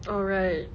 oh right